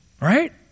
Right